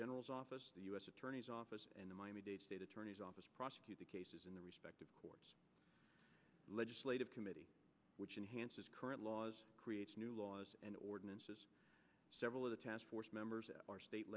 general's office the u s attorney's office and the miami dade state attorney's office prosecuted cases in their respective courts legislative committee which enhances current laws create new laws and ordinances several of the task force members of our state